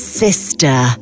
Sister